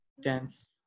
dense